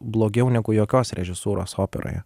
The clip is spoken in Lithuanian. blogiau negu jokios režisūros operoje